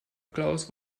klaus